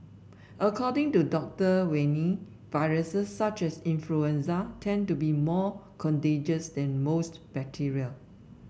according to Doctor Wiener viruses such as influenza tend to be more contagious than most bacteria